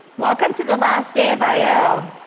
welcome to the last day of i o.